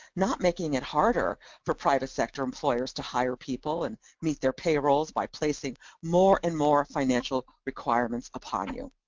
not making it harder for private sector employers to hire people and meet their payrolls by placing more and more financial requirements upon you.